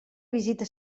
visita